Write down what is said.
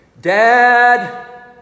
Dad